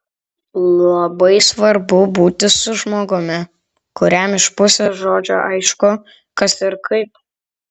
labai svarbu būti su žmogumi kuriam iš pusės žodžio aišku kas ir kaip